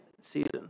season